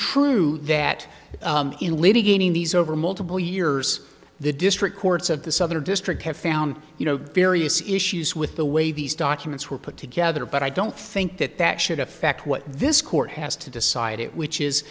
true that in litigating these over multiple years the district courts of the southern district have found you know various issues with the way these documents were put together but i don't think that that should affect what this court has to decide it which is